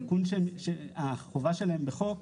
התיקון של החובה שלהם בחוק,